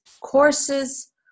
courses